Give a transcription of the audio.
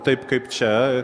taip kaip čia